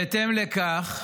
בהתאם לכך